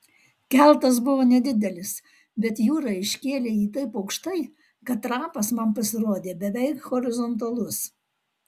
keltas buvo nedidelis bet jūra iškėlė jį taip aukštai kad trapas man pasirodė beveik horizontalus